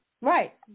Right